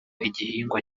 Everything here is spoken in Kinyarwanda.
igihingwa